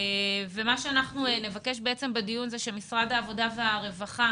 מה שאנחנו נבקש בדיון זה שמשרד העבודה והרווחה